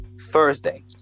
Thursday